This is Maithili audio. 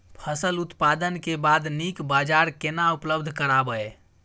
फसल उत्पादन के बाद नीक बाजार केना उपलब्ध कराबै?